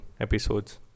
episodes